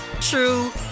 true